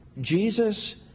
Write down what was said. Jesus